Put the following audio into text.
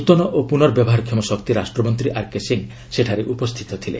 ନୂତନ ଓ ପୁର୍ନବ୍ୟବହାରକ୍ଷମ ଶକ୍ତି ରାଷ୍ଟ୍ରମନ୍ତ୍ରୀ ଆର୍କେ ସିଂ ସେଠାରେ ଉପସ୍ଥିତ ଥିଲେ